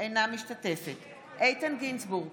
אינה משתתפת בהצבעה איתן גינזבורג,